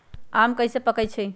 आम कईसे पकईछी?